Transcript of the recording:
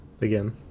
again